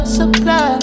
supply